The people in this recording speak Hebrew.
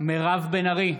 מירב בן ארי,